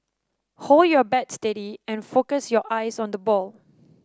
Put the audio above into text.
hold your bat steady and focus your eyes on the ball